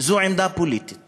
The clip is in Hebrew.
זה עמדה פוליטית